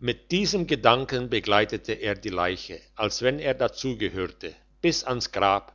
mit diesem gedanken begleitete er die leiche als wenn er dazu gehörte bis ans grab